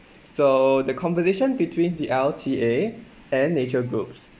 so the conversation between the L_T_A and nature groups